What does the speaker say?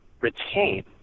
retain